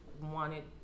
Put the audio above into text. wanted